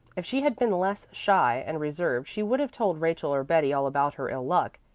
if she had been less shy and reserved she would have told rachel or betty all about her ill-luck,